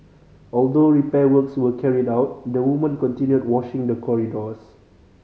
although repair works were carried out the woman continued washing the corridors